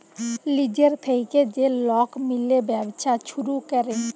লিজের থ্যাইকে যে লক মিলে ব্যবছা ছুরু ক্যরে